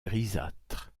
grisâtre